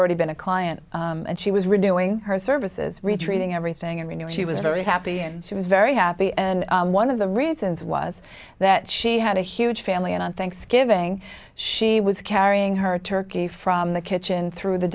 already been a client and she was redoing her services retreating everything and you know she was very happy and she was very happy and one of the reasons was that she had a huge family and on thanksgiving she was carrying her turkey from the kitchen through the